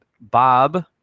Bob